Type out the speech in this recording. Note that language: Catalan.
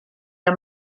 amb